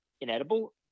inedible